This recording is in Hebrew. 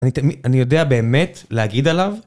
אני יודע באמת להגיד עליו